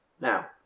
Now